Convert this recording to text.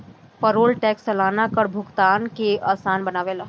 payroll tax सलाना कर भुगतान के आसान बनावेला